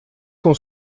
com